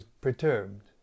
perturbed